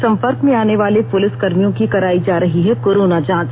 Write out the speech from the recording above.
संपर्क में आनेवाले पूलिस कर्मियों की करायी जा रही है कोरोना जांच